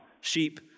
sheep